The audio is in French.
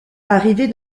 arrivée